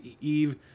Eve